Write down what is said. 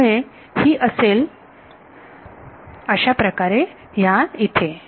त्यामुळे ही असेल अशाप्रकारे ह्या इथे